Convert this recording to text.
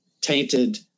tainted